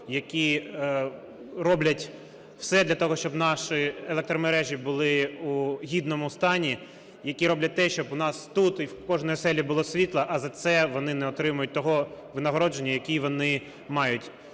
які роблять все для того, щоб наші електромережі були у гідному стані, які роблять те, щоб у нас тут і в кожній оселі було світло, а за це вони не отримують того винагородження, яке вони мають.